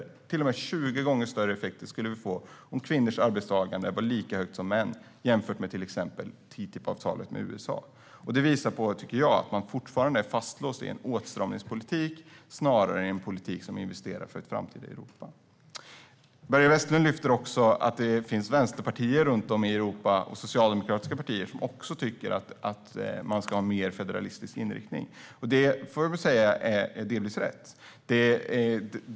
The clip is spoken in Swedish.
Vi skulle få till och med 20 gånger större effekter om kvinnors arbetskraftsdeltagande var lika högt som mäns, jämfört med till exempel TTIP-avtalet med USA. Det tycker jag visar att man fortfarande är fastlåst i en åtstramningspolitik snarare än en politik som investerar för ett framtida Europa. Börje Vestlund lyfter också fram att det runt om i Europa finns vänsterpartier och socialdemokratiska partier som också tycker att man ska ha en mer federalistisk inriktning. Det är delvis rätt.